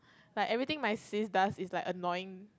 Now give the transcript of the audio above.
like everything my sis does is like annoying